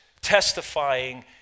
testifying